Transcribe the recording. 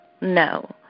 no